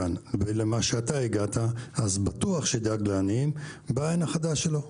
מגיע לכאן ולמה שאתה הגעת בטוח שבעין החדה שלו ידאג לעניים.